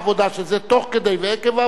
שזה תוך כדי ועקב העבודה,